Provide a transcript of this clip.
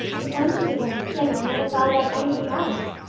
but when she began to sing i never thought about anything else.